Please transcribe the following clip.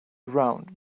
around